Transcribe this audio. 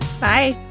bye